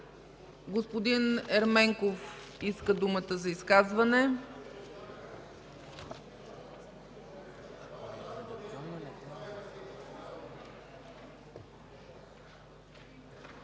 Господин Ерменков иска думата за изказване.